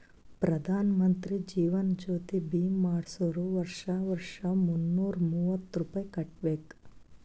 ಪ್ರಧಾನ್ ಮಂತ್ರಿ ಜೀವನ್ ಜ್ಯೋತಿ ಭೀಮಾ ಮಾಡ್ಸುರ್ ವರ್ಷಾ ವರ್ಷಾ ಮುನ್ನೂರ ಮೂವತ್ತ ರುಪಾಯಿ ಕಟ್ಬಬೇಕ್